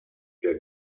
der